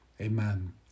Amen